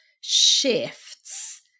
shifts